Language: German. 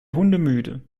hundemüde